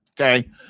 Okay